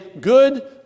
good